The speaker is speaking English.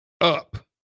up